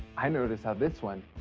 i noticed how this one,